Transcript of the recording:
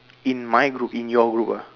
in my group in your group ah